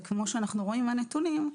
וכמו שאנחנו רואים מהנתונים,